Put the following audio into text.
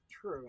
True